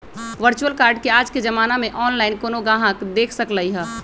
virtual card के आज के जमाना में ऑनलाइन कोनो गाहक देख सकलई ह